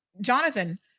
Jonathan